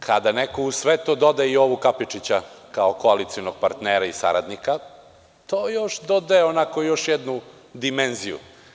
Kada neko uz sve to doda Jovu Kapičića kao koalicionog partnera i saradnika, to dodaje još jednu dimenziju.